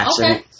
Okay